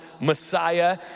Messiah